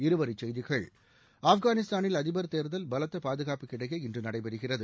இருவரிச் செய்திகள் ஆப்கானிஸ்தானில் அதிபர் தேர்தல் பலத்த பாதுகாப்புக்கு இடையே இன்று நடைபெறுகிறது